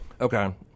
Okay